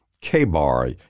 K-Bar